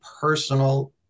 personal